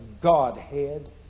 Godhead